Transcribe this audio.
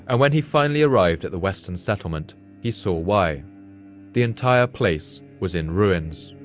and when he finally arrived at the western settlement he saw why the entire place was in ruins.